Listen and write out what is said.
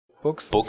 Books